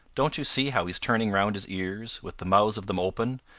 don't you see how he's turning round his ears, with the mouths of them open,